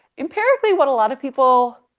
empirically what a lot of people,